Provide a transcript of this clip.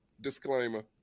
disclaimer